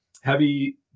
heavy